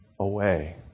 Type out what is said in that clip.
away